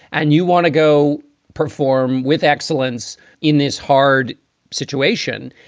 and you want to go perform with excellence in this hard situation.